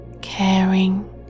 caring